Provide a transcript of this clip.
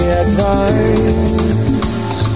advice